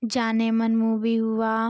Jaaneman movie हुआ